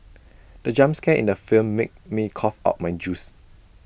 the jump scare in the film made me cough out my juice